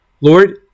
Lord